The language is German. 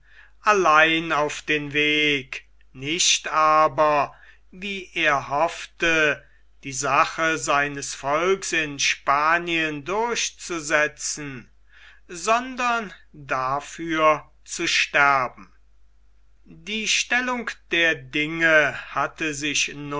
allein auf den weg nicht aber wie er hoffte die sache seines volks in spanien durchzusetzen sondern dafür zu sterben die stellung der dinge hatte sich